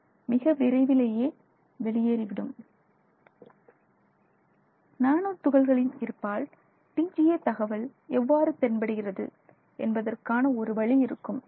மிக விரைவிலேயே வெளியேறிவிடும் நானோ துகள்களின் இருப்பால் TGA தகவல் எவ்வாறு தென்படுகிறது என்பதற்கான ஒரு வழி இதுவாகும்